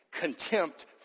contempt